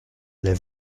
les